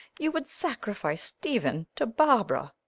you would sacrifice stephen to barbara.